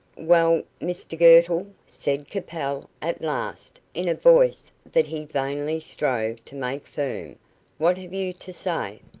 well, mr girtle, said capel, at last, in a voice that he vainly strove to make firm what have you to say?